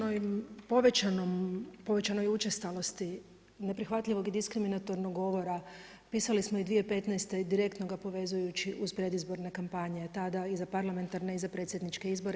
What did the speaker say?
O povećanoj učestalosti neprihvatljivog i diskriminatornog govora pisali smo i 2015. direktno ga povezujući uz predizborne kampanje a tada i za parlamentarne i predsjedničke izbore.